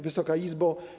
Wysoka Izbo!